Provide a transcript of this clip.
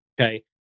Okay